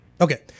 Okay